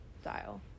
style